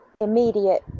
immediate